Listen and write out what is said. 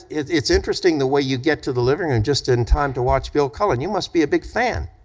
it's it's interesting the way you get to the living room and just in time to watch bill cullen, you must be a big fan.